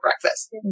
breakfast